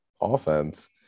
offense